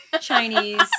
Chinese